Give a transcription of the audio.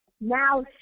now